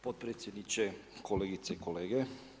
Potpredsjedniče, kolegice i kolege.